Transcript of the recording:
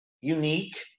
unique